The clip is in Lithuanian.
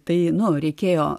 tai nu reikėjo